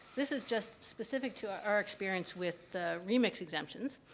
this is just specific to our experience with the remix exemptions.